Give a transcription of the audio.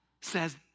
says